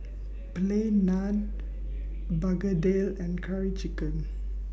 Plain Naan Begedil and Curry Chicken